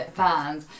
fans